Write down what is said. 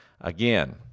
Again